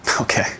Okay